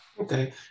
Okay